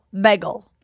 bagel